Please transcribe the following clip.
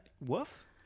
woof